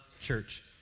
Church